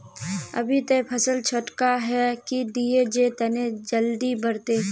अभी ते फसल छोटका है की दिये जे तने जल्दी बढ़ते?